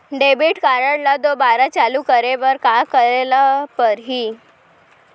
Debit card ला दोबारा चालू करे बर का करे बर लागही?